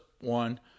one